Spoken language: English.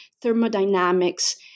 thermodynamics